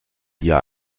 dir